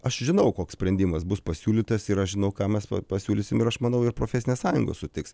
aš žinau koks sprendimas bus pasiūlytas ir aš žinau ką mes pasiūlysim ir aš manau ir profesinės sąjungos sutiks